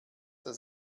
das